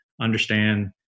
understand